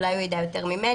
אולי הוא יודע יותר ממני,